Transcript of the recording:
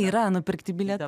yra nupirkti bilietai